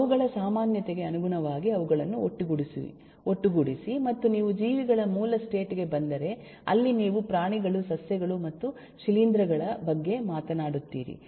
ಅವುಗಳ ಸಾಮಾನ್ಯತೆಗೆ ಅನುಗುಣವಾಗಿ ಅವುಗಳನ್ನು ಒಟ್ಟುಗೂಡಿಸಿ ಮತ್ತು ನೀವು ಜೀವಿಗಳ ಮೂಲ ಸ್ಟೇಟ್ ಗೆ ಬಂದರೆ ಅಲ್ಲಿ ನೀವು ಪ್ರಾಣಿಗಳು ಸಸ್ಯಗಳು ಮತ್ತು ಶಿಲೀಂಧ್ರಗಳ ಬಗ್ಗೆ ಮಾತನಾಡುತ್ತೀರಿ